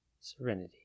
serenity